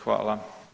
Hvala.